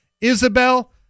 Isabel